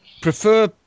Prefer